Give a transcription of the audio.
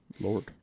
Lord